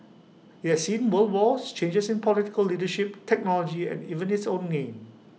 IT has seen world wars changes in political leadership technology and even its own name